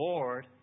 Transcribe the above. Lord